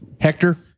hector